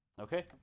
Okay